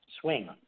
swing